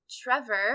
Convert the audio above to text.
Trevor